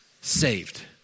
Saved